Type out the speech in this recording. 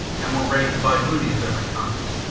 and were ready to buy booty of every kind.